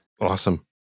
Awesome